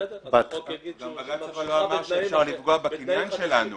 אבל בג"ץ לא אמר שאפשר לפגוע בקניין שלנו